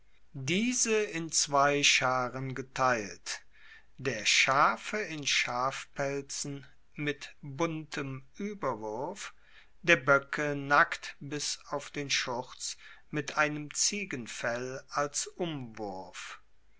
diese in zwei scharen geteilt der schafe in schafpelzen mit buntem ueberwurf der boecke nackt bis auf den schurz mit einem ziegenfell als